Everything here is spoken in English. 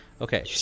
Okay